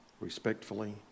respectfully